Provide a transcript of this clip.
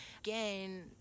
again